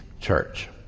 church